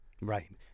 Right